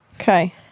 Okay